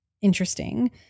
interesting